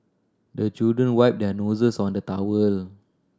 the children wipe their noses on the towel